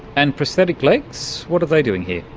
and prosthetic legs? what are they doing here?